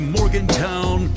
Morgantown